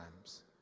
times